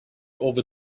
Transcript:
over